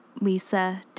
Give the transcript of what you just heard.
lisa